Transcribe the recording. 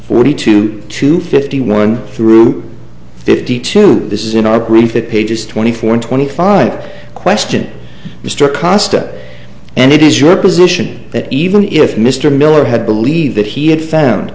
forty two to fifty one through fifty two this is in our brief it pages twenty four twenty five question mr costin and it is your position that even if mr miller had believed that he had found